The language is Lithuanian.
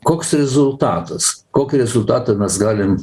koks rezultatas kokio rezultato mes galim